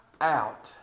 out